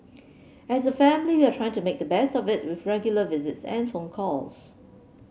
as a family we are trying to make the best of it with regular visits and phone calls